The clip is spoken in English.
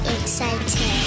excited